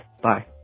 Bye